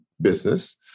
business